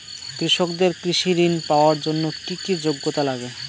কৃষকদের কৃষি ঋণ পাওয়ার জন্য কী কী যোগ্যতা লাগে?